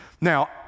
Now